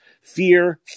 fear